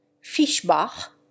fischbach